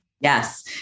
Yes